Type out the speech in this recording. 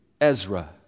Ezra